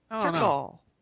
Circle